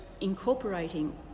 incorporating